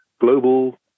global